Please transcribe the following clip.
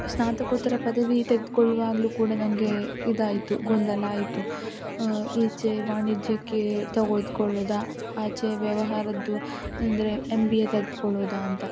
ಸ್ನಾತಕೋತ್ತರ ಪದವಿ ತೆಗೆದ್ಕೊಳ್ಳುವಾಗ್ಲೂ ಕೂಡ ನನಗೆ ಇದಾಯಿತು ಗೊಂದಲ ಆಯಿತು ಈಚೆ ವಾಣಿಜ್ಯಕ್ಕೆ ತಗೊಳ್ಳು ಕೊಳ್ಳುವುದಾ ಆಚೆ ವ್ಯವಹಾರದ್ದು ಅಂದರೆ ಎಮ್ ಬಿ ಎ ತೆಗ್ದುಕೊಳ್ಳುವುದಾ ಅಂತ